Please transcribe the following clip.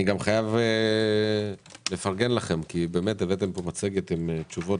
אני גם חייב לפרגן לכם כי באמת הבאתם מצגת עם תשובות